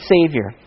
Savior